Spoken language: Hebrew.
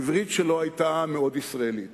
העברית שלו היתה מאוד ישראלית,